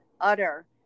utter